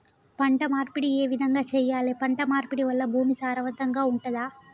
పంట మార్పిడి ఏ విధంగా చెయ్యాలి? పంట మార్పిడి వల్ల భూమి సారవంతంగా ఉంటదా?